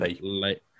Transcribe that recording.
late